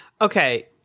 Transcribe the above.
Okay